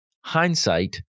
Hindsight